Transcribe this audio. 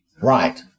Right